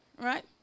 right